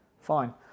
Fine